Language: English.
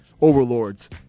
overlords